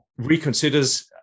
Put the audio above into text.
reconsiders